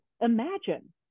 imagine